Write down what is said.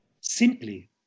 simply